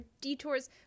detours